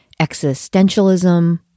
existentialism